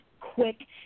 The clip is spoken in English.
quick